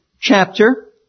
chapter